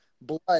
Blood